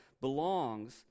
belongs